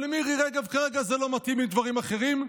אבל למירי רגב כרגע זה לא מתאים עם דברים אחרים,